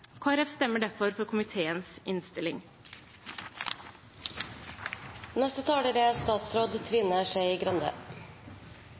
Folkeparti stemmer derfor for komiteens innstilling.